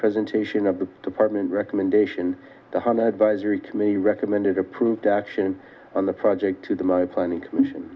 presentation of the department recommendation to one advisory committee recommended approved action on the project to the mind planning commission